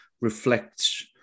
reflects